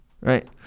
right